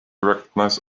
recognize